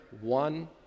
one